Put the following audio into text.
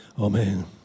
Amen